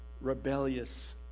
rebellious